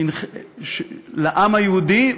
לעם היהודי,